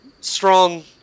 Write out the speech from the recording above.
strong